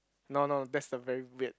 no no that's a very weird